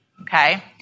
okay